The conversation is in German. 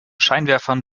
scheinwerfern